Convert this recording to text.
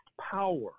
power